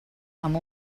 amb